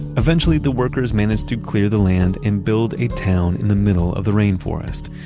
eventually the workers managed to clear the land and build a town in the middle of the rain forest,